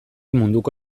munduko